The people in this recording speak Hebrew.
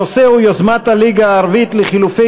הנושא הוא: יוזמת הליגה הערבית לחילופי